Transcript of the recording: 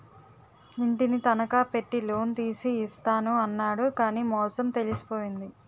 ఇంటిని తనఖా పెట్టి లోన్ తీసి ఇస్తాను అన్నాడు కానీ మోసం తెలిసిపోయింది